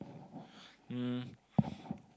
um